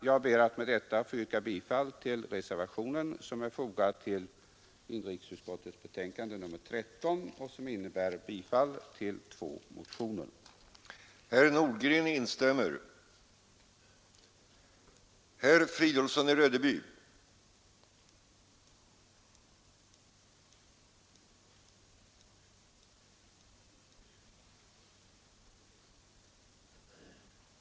Jag ber att med det anförda få yrka bifall till reservationen vid inrikesutskottets betänkande nr 13, i vilken hemställs om bifall till två motioner i ärendet.